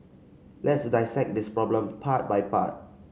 let's dissect this problem part by part